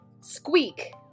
Squeak